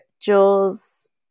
Jules